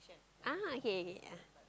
ah okay okay ya